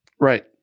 Right